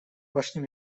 właśnie